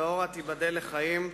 ואורה, תיבדל לחיים,